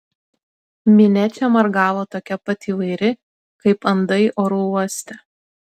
minia čia margavo tokia pat įvairi kaip andai oro uoste